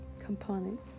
component